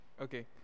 Okay